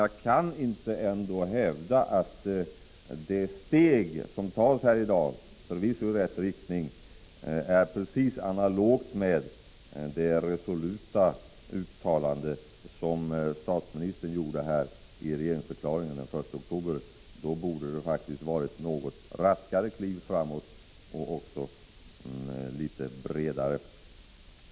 Jag kan inte hävda att det steg, förvisso i rätt riktning, som tas här i dag är i analogi med det resoluta uttalande som statsministern den 1 oktober gjorde i regeringsförklaringen. Det borde ha varit något raskare och även längre kliv framåt.